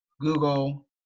Google